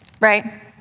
right